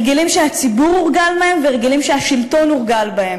הרגלים שהציבור הורגל בהם והרגלים שהשלטון הורגל בהם.